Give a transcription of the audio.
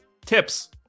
tips